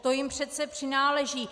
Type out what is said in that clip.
To jim přece přináleží.